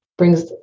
Brings